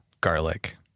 garlic